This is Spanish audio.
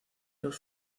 los